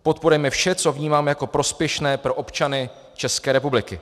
Podporujeme vše, co vnímáme jako prospěšné pro občany České republiky.